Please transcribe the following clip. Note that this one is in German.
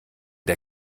der